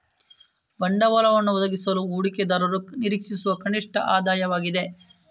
ಬಂಡವಾಳವನ್ನು ಒದಗಿಸಲು ಹೂಡಿಕೆದಾರರು ನಿರೀಕ್ಷಿಸುವ ಕನಿಷ್ಠ ಆದಾಯವಾಗಿದೆ